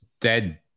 dead